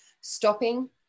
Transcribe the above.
stopping